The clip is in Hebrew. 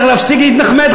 צריך להפסיק להתנחמד,